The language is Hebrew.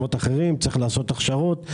צריך לעשות הכשרות,